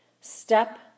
step